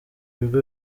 bigo